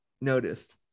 noticed